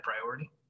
priority